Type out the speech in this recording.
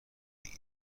بگیر